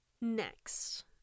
Next